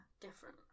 different